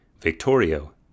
Victorio